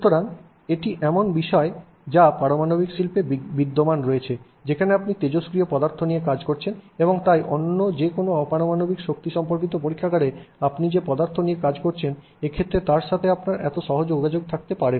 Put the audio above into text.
সুতরাং এটি এমন একটি বিষয় যা পারমাণবিক শিল্পে বিদ্যমান রয়েছে যেখানে আপনি তেজস্ক্রিয় পদার্থ নিয়ে কাজ করছেন এবং তাই অন্য যে কোন অপারমাণবিক শক্তি সম্পর্কিত পরীক্ষাগারে আপনি যে পদার্থ নিয়ে কাজ করেছেন এক্ষেত্রে তার সাথে আপনার এত সহজ যোগাযোগ থাকতে পারে না